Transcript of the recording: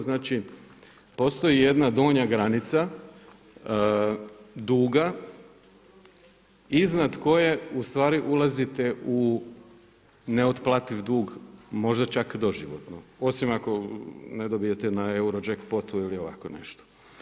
Znači postoji jedna donja granica duga iznad koje ustvari ulazite u neotplativ dug, možda čak doživotno, osim ako ne dobijete na Eurojackpotu ili ovako nešto.